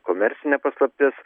komercinė paslaptis